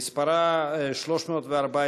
ומספרה 314,